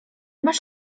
masz